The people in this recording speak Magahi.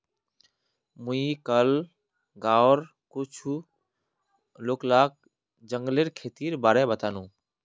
मुई कइल गांउर कुछ लोग लाक जंगलेर खेतीर बारे बतानु